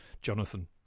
Jonathan